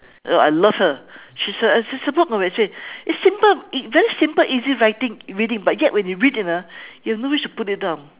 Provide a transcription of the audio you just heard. oh I love her she's a you know actually it's simple very simple easy writing reading but yet when you read it ah you have no wish to put it down